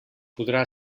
podrà